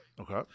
Okay